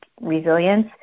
resilience